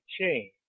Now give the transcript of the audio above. chain